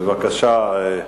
בבקשה.